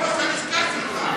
סויסה, ראש הלשכה שלך,